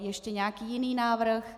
Je ještě nějaký jiný návrh?